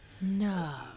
no